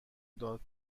داد